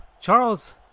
Charles